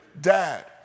dad